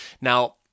Now